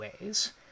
ways